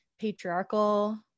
patriarchal